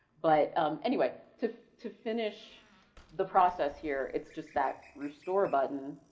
but anyway, to to finish the process here, it's just that restore button